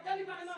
תסתכל לי בעיניים.